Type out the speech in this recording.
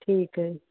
ਠੀਕ ਹੈ